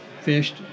fished